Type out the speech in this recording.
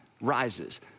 rises